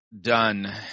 Done